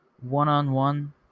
one-on-one